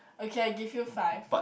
okay I give you five